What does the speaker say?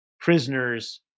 prisoners